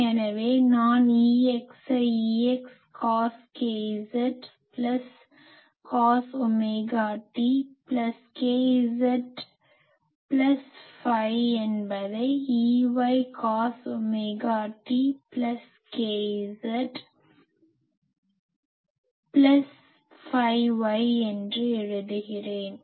எனவே நான் Ex ஐ Ex cos kz plus cos omega t plus k z plus phi என்பதை Ey cos omega t plus k z plus phi y என்று எழுதுகிறேன்